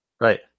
Right